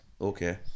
okay